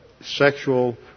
sexual